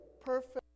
perfect